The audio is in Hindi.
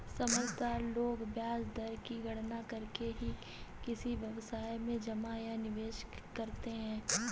समझदार लोग ब्याज दर की गणना करके ही किसी व्यवसाय में जमा या निवेश करते हैं